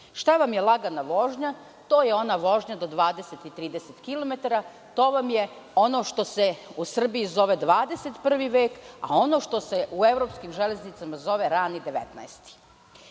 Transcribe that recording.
Šta vam je lagana vožnja? To je ona vožnja do 20 i 30 kilometara. To vam je ono što se u Srbiji zove 21 vek, a ono što se u evropskim železnicama zove rani 19.Ako